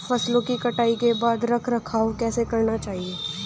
फसलों की कटाई के बाद रख रखाव कैसे करना चाहिये?